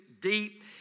deep